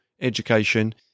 education